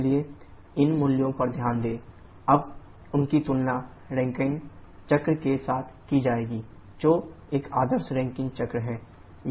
इसलिए इन मूल्यों पर ध्यान दें अब उनकी तुलना रैंकिन चक्र के साथ की जाएगी जो एक आदर्श रैंकिन चक्र है